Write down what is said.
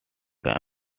time